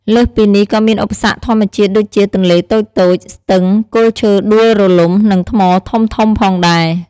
លើសពីនេះក៏មានឧបសគ្គធម្មជាតិដូចជាទន្លេតូចៗ ស្ទឹង គល់ឈើដួលរលំ និងថ្មធំៗផងដែរ។